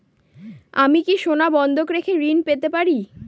আমি কি সোনা বন্ধক রেখে ঋণ পেতে পারি?